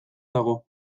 dago